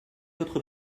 votre